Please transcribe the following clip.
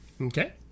Okay